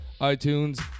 itunes